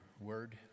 word